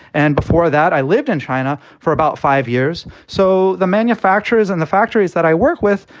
and before that i lived in china for about five years. so the manufacturers and the factories that i work with,